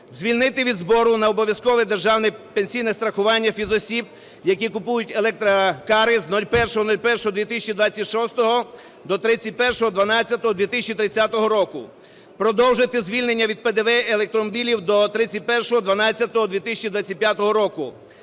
Звільнити від збору на обов'язкове державне пенсійне страхування фізосіб, які купують електрокари з 01.01.2026 до 31.12.2030 року. Продовжити звільнення від ПДВ електромобілів до 31.12.2025 року.